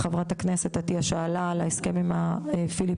חברת הכנסת עטייה שאלה על ההסכם עם הפיליפינים,